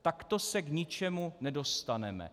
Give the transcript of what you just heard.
Takto se k ničemu nedostaneme.